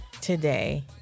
today